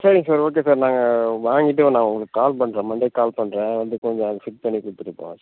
சரிங்க sir okay sir நாங்கள் வாங்கிட்டு நான் உங்களுக்கு கால் பண்ணுறேன் மண்டே கால் பண்ணுறேன் வந்து கொஞ்சம் அதை ஃபிட் பண்ணி கொடுத்துட்டு போங்கள் சார்